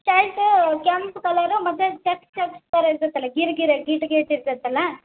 ಶಲ್ಟೂ ಕೆಂಪು ಕಲರು ಮತ್ತು checks checks ಥರ ಇರ್ತೈತ್ತಲ್ಲ ಗಿರ್ ಗಿರ್ ಗೀಟ್ ಗೀಟ್ ಇರ್ತೈತ್ತಲ್ಲಾ